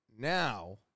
Now